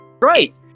Right